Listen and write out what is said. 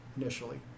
initially